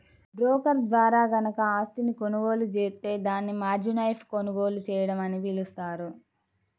broker ద్వారా గనక ఆస్తిని కొనుగోలు జేత్తే దాన్ని మార్జిన్పై కొనుగోలు చేయడం అని పిలుస్తారు